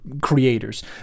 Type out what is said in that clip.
creators